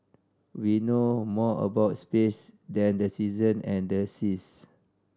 we know more about space than the season and the seas